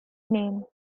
name